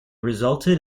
resulted